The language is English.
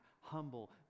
humble